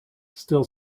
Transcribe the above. still